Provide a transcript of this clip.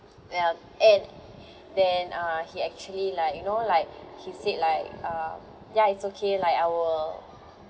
ya and then uh he actually like you know like he said like um ya it's okay like I will